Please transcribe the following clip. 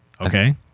Okay